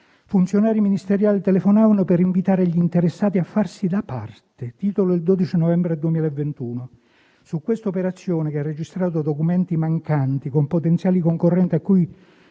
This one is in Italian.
"Funzionari ministeriali telefonavano per invitare gli interessati a farsi da parte". Titolo del 12 novembre 2021. Su questa operazione, che ha registrato documenti mancanti, con potenziali concorrenti a cui